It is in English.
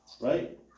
Right